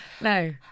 No